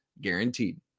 guaranteed